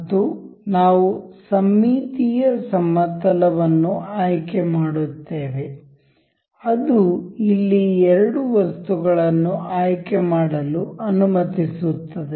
ಮತ್ತು ನಾವು ಸಮ್ಮಿತೀಯ ಸಮತಲ ವನ್ನು ಆಯ್ಕೆ ಮಾಡುತ್ತೇವೆ ಅದು ಇಲ್ಲಿ ಎರಡು ವಸ್ತುಗಳನ್ನು ಆಯ್ಕೆ ಮಾಡಲು ಅನುಮತಿಸುತ್ತದೆ